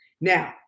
Now